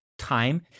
Time